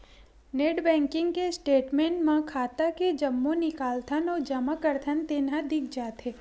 net banking के statement म खाता के जम्मो निकालथन अउ जमा करथन तेन ह दिख जाथे